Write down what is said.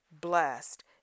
blessed